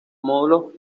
módulos